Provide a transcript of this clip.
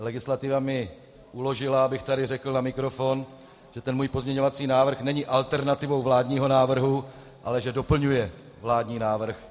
Legislativa mi uložila, abych tady řekl na mikrofon, že můj pozměňovací návrh není alternativou vládního návrhu, ale že doplňuje vládní návrh.